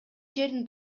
жерин